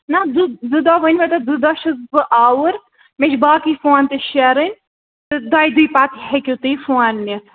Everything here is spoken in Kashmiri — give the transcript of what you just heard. نہَ زٕ زٕ دۄہ ؤنۍ مےٚ تۄہہِ زٕ دۄہ چھُس بہٕ آوُر مےٚ چھِ باقٕے فون تہِ شیرٕنۍ تہٕ دۄیہِ دۅہۍ پَتہٕ ہیٚکِو تُہۍ فون نِتھ